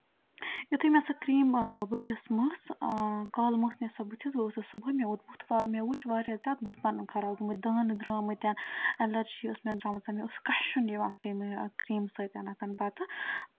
یُتھُے مےٚ سۄ کرٛیٖم بٕتھِس مٔژھ کالہٕ مٔژھ مےٚ سۄ ہٕتھِس بہٕ ؤژھٕس صُبحٲے مےٚ ووت بُتھ مےٚ وٕچھ واریاہ زیادٕ بُتھ پَنُن خراب گوٚمُت دانہٕ درٛامٕتۍ اٮ۪لَرجی ٲس مےٚ درٛامٕژ مےٚ اوس کَشُن یِوان تَمہِ کرٛیٖمہِ سۭتۍ پَتہٕ